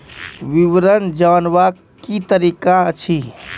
विवरण जानवाक की तरीका अछि?